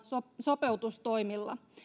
sopeutustoimilla